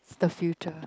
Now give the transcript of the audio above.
the future